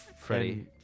Freddie